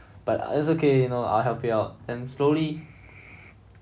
but it's okay you know I'll help you out then slowly